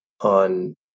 on